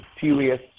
serious